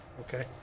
Okay